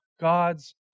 God's